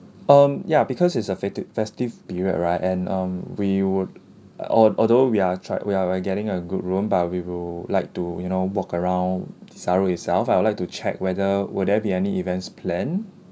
um ya because it's a festi~ festive period right and um we would al~ although we are try we are we are getting a good room but we will like to you know walk around desaru itself I would like to check whether will there be any events plan